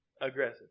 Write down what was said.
Aggressive